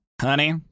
Honey